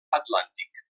atlàntic